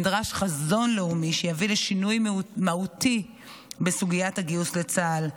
נדרש חזון לאומי שיביא לשינוי מהותי בסוגית הגיוס לצה"ל.